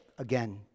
Again